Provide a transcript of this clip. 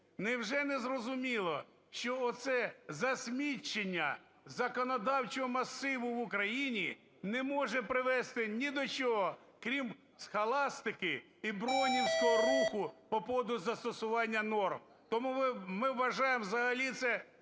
Невже не зрозуміло, що оце засмічення законодавчого масиву в Україні не може привести ні до чого, крім схоластики і броунівського руху по поводу застосування норм? Тому ми вважаємо взагалі це